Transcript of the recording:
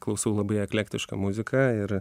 klausau labai eklektišką muziką ir